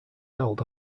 held